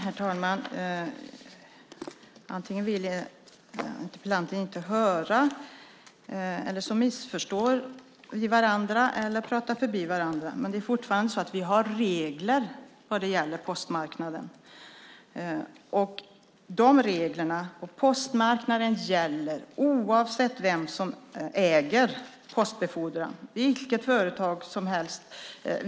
Herr talman! Antingen vill interpellanten inte höra eller också missförstår vi varandra eller pratar förbi varandra. Vi har regler när det gäller postmarknaden. De reglerna gäller oavsett vem som äger postbefordran.